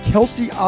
Kelsey